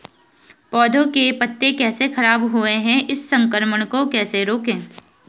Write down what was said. पौधों के पत्ते कैसे खराब हुए हैं इस संक्रमण को कैसे रोकें?